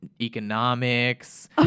economics